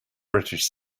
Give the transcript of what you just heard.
british